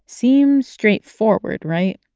seems straightforward, right?